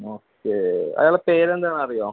okay അയാളെ പേര് എന്താണെന്ന് അറിയുമോ